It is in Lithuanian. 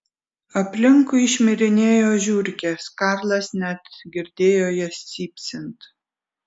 aplinkui šmirinėjo žiurkės karlas net girdėjo jas cypsint